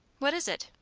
what is it?